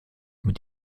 mit